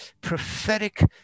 prophetic